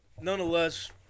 nonetheless